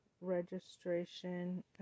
registration